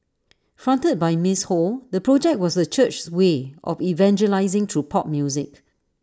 fronted by miss ho the project was the church's way of evangelising through pop music